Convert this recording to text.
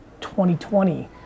2020